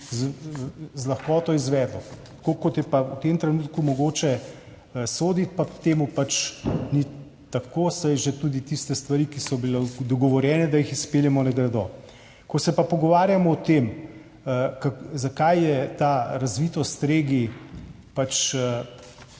lahkoto izvedlo. Tako, kot je pa v tem trenutku mogoče soditi, pa temu pač ni tako, saj že tudi tiste stvari, ki so bile dogovorjene, da jih izpeljemo, ne gredo. Ko se pa pogovarjamo o tem, zakaj je ta razvitost regij